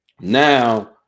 now